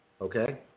Okay